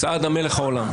סעדה מלך העולם...